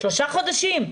שלושה חודשים?